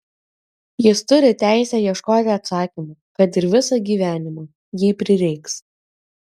jis turi teisę ieškoti atsakymų kad ir visą gyvenimą jei prireiks